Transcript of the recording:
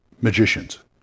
magicians